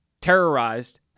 terrorized